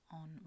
on